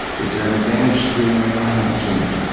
is there an advantage doing it? i haven't seen it.